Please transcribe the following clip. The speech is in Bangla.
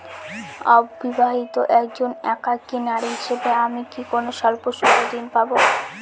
অবিবাহিতা একজন একাকী নারী হিসেবে আমি কি কোনো স্বল্প সুদের ঋণ পাব?